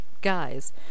Guys